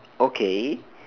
okay